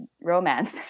romance